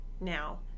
now